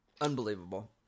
Unbelievable